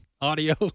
audio